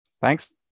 Thanks